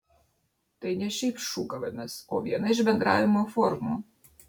tai ne šiaip šūkavimas o viena iš bendravimo formų